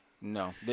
No